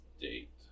date